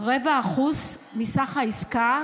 0.25% מסך העסקה,